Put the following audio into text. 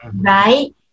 right